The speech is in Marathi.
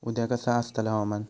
उद्या कसा आसतला हवामान?